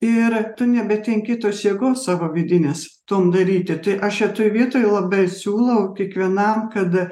ir tu nebetenki tos jėgos savo vidinės tam daryti tai aš šitoj vietoj labai siūlau kiekvienam kad